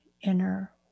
inner